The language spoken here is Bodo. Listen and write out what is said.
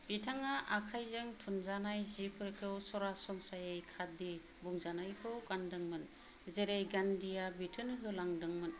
बिथाङा आखाइजों थुनजानाय जिफोरखौ सरासनस्रायै खादि बुंजानायखौ गानदोंमोन जेरै गान्धीया बिथोन होलांदोंमोन